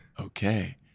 okay